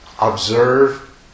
observe